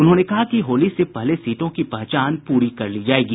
उन्होंने कहा कि होली से पहले सीटों की पहचान प्ररी कर ली जायेगी